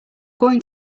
going